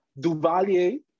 Duvalier